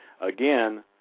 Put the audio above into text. Again